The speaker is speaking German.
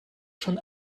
schon